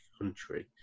country